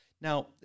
Now